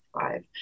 five